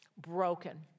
broken